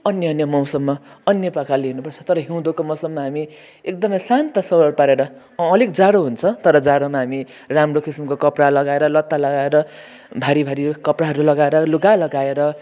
अन्य अन्य मौसममा अन्य प्रकारले हिँड्नु पर्छ तर हिउँदको मौसममा हामी एकदमै शान्त पारेर अंँ अलिक जाडो हुन्छ तर जाडोमा हामी राम्रो किसिमको कपडा लगाएर लत्ता लगाएर भारी भारी कपडाहरू लगाएर लुगा लगाएर